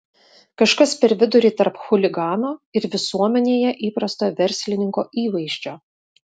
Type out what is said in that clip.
kažkas per vidurį tarp chuligano ir visuomenėje įprasto verslininko įvaizdžio